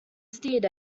steered